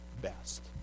best